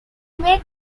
made